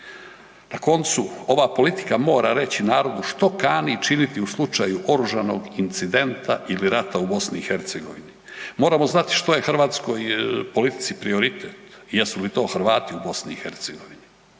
Na koncu, ova politika mora reći narodu što kani činiti u slučaju oružanog incidenta ili rata u BiH, moramo znati što je hrvatskoj politici prioritet. Jesu li to Hrvati u BiH,